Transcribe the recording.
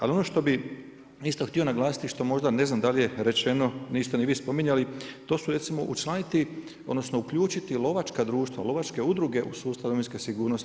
Ali ono što bih isto htio naglasiti što možda ne znam da li je rečeno, niste ni vi spominjali, to su recimo učlaniti, odnosno uključiti lovačka društva, lovačke udruge u sustav domovinske sigurnosti.